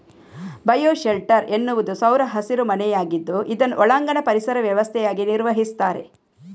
bio shelter ಎನ್ನುವುದು ಸೌರ ಹಸಿರು ಮನೆಯಾಗಿದ್ದು ಇದನ್ನು ಒಳಾಂಗಣ ಪರಿಸರ ವ್ಯವಸ್ಥೆಯಾಗಿ ನಿರ್ವಹಿಸ್ತಾರೆ